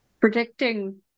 Predicting